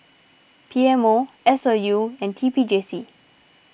P M O S O U and T P J C